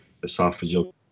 esophageal